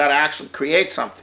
got to actually create some